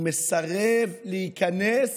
הוא מסרב להיכנס